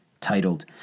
Titled